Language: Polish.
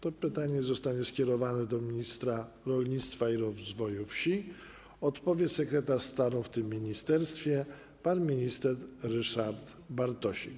To pytanie zostanie skierowane do ministra rolnictwa i rozwoju wsi, odpowie sekretarz stanu w tym ministerstwie pan minister Ryszard Bartosik.